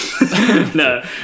No